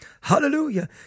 hallelujah